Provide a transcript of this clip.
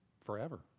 forever